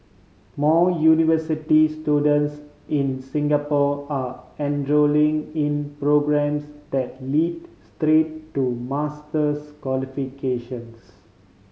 more university students in Singapore are enrolling in programmes that lead straight to master's qualifications